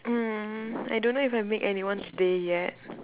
mm I don't know if I make anyone's day yet